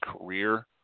career